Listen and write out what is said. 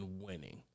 winning